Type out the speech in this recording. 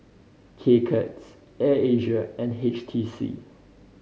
K Cuts Air Asia and H T C